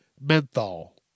menthol